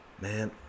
man